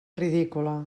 ridícula